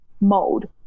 mode